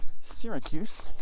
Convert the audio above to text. Syracuse